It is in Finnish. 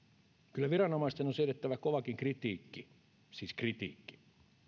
kyllä viranomaisten on siedettävä kovakin kritiikki siis kritiikki